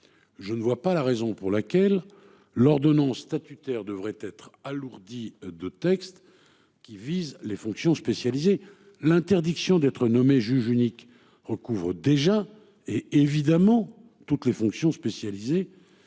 Je ne vois pas la raison pour laquelle l'ordonnance statutaire devrait être alourdie de texte qui vise les fonctions spécialisées l'interdiction d'être nommé juge unique recouvre déjà et évidemment toutes les fonctions spécialisées